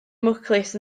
mwclis